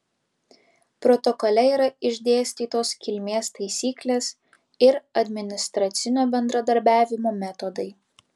protokole yra išdėstytos kilmės taisyklės ir administracinio bendradarbiavimo metodai